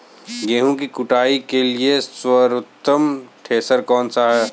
गेहूँ की कुटाई के लिए सर्वोत्तम थ्रेसर कौनसा है?